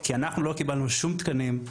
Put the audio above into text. כי אנחנו לא קיבלנו שום תקנים,